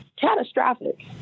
catastrophic